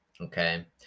okay